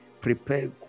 prepare